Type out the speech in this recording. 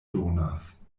donas